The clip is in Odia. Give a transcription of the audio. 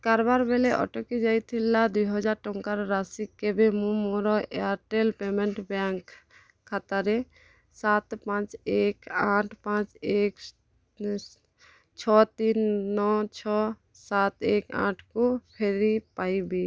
କାରବାର୍ ବେଲେ ଅଟକି ଯାଇଥିଲା ଦୁଇହଜାର ଟଙ୍କାର ରାଶି କେବେ ମୁଁ ମୋର ଏୟାର୍ଟେଲ୍ ପେମେଣ୍ଟ୍ ବ୍ୟାଙ୍କ୍ ଖାତାରେ ସାତ ପାଞ୍ଚ ଏକ ଆଠ ପାଞ୍ଚ ଏକ ଛଅ ତିନି ନଅ ଛଅ ସାତ ଏକ ଆଠକୁ ଫେରି ପାଇବି